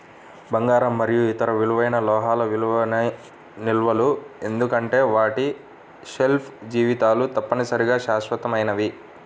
బంగారం మరియు ఇతర విలువైన లోహాలు విలువైన నిల్వలు ఎందుకంటే వాటి షెల్ఫ్ జీవితాలు తప్పనిసరిగా శాశ్వతమైనవి